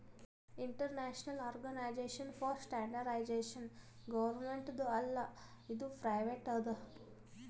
international organisation for standardisation ಗೌರ್ಮೆಂಟ್ದು ಇಲ್ಲ ಇದು ಪ್ರೈವೇಟ್ ಅದಾ